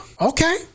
okay